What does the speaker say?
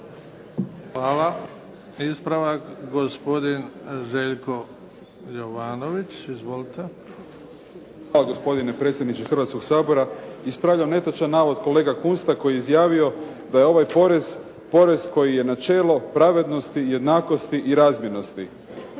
Hvala. Isprava, gospodin Željko Jovanović. Izvolite. **Jovanović, Željko (SDP)** Hvala gospodine predsjedniče Hrvatskog sabora. Ispravljam netočan navod kolege Kunsta koji je izjavio da je ovaj porez, porez koji je načelo pravednosti, jednakosti i razmjernosti.